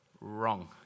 Wrong